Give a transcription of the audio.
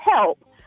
help